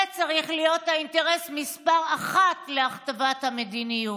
זה צריך להיות האינטרס מספר אחת להכתבת המדיניות.